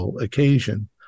occasion